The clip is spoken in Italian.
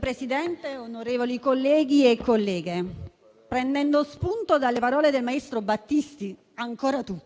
Presidente, onorevoli colleghi e colleghe, prendendo spunto dalle parole del maestro Battisti, dico «Ancora tu».